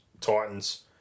Titans